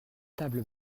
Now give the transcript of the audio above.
tables